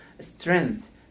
strength